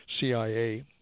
CIA